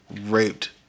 raped